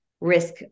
risk